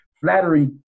flattery